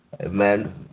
Amen